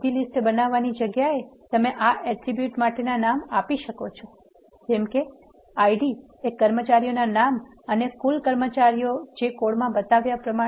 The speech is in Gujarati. સીધી લીસ્ટ બનાવવાની જગ્યાએ તમે આ એટ્રીબ્યુટ માટેના નામ આપી શકો છો જેમ કે ID કર્મચારીઓના નામ અને કુલ કર્મચારીઔ જે કોડમાં બતાવ્યા પ્રમાણે